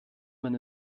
man